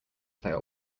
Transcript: player